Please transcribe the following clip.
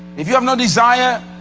if you have no desire